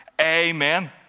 amen